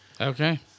Okay